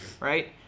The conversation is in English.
Right